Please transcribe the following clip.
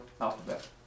alphabet